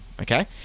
okay